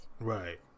right